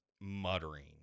muttering